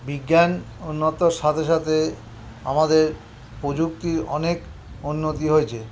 বিজ্ঞান উন্নতর সাথে সাথে আমাদের প্রযুক্তির অনেক উন্নতি হয়েছে